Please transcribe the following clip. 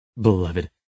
Beloved